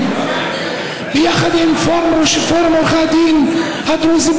ביחד עם פורום עורכי הדין הדרוזים,